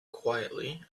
quietly